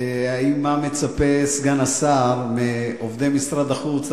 מה מצפה סגן השר מעובדי משרד החוץ?